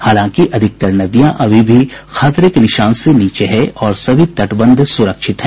हालांकि अधिकांश नदियां अभी भी खतरे के निशान से नीचे है और सभी तटबंध सुरक्षित है